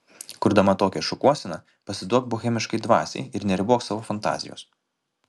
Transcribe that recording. kurdama tokią šukuoseną pasiduok bohemiškai dvasiai ir neribok savo fantazijos